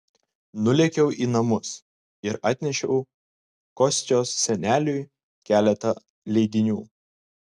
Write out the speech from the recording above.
nulėkiau į namus ir atnešiau kostios seneliui keletą leidinių